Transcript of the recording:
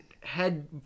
head